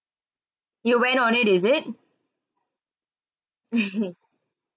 you went on it is it